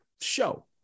show